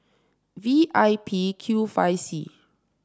V I P Q five C